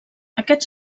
aquests